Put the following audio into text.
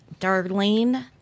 Darlene